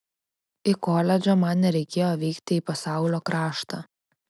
į koledžą man nereikėjo vykti į pasaulio kraštą